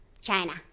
China